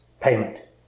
payment